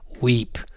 weep